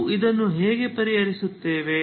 ನಾವು ಇದನ್ನು ಹೇಗೆ ಪರಿಹರಿಸುತ್ತೇವೆ